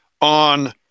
on